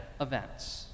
events